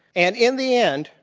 and in the end,